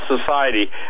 society